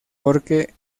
porque